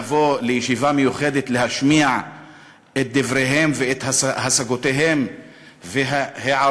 לבוא לישיבה מיוחדת ולהשמיע את דבריהם ואת השגותיהם והערותיהם